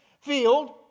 field